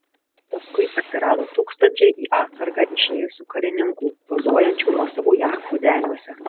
paskui atsirado tūkstančiai į atsargą išėjusių karininkų pozuojančių nuosavų jachtų deniuose